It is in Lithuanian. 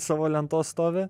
savo lentos stovi